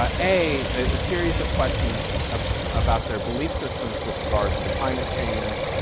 ah a ah series of questions ah about their belief systems with regards to climate change,